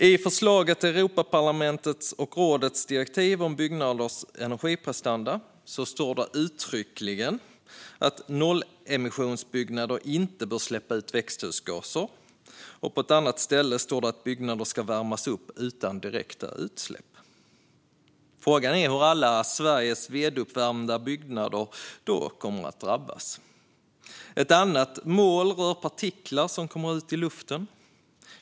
I förslaget till Europaparlamentets och rådets direktiv om byggnaders energiprestanda står uttryckligen att nollemissionsbyggnader inte bör släppa ut växthusgaser, och på ett annat ställe står det att byggnader ska värmas upp utan direkta utsläpp. Frågan är hur alla Sveriges veduppvärmda byggnader då kommer att drabbas. Ett annat mål rör partiklar som kommer ut i luften.